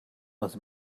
was